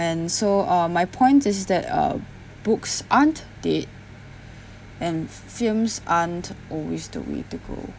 and so uh my point is that uh books aren't dead and films aren't always the way to go